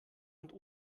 und